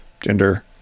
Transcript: gender